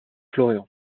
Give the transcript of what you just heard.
florian